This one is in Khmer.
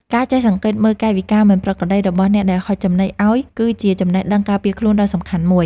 ការចេះសង្កេតមើលកាយវិការមិនប្រក្រតីរបស់អ្នកដែលហុចចំណីឱ្យគឺជាចំណេះដឹងការពារខ្លួនដ៏សំខាន់មួយ។